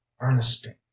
ernestine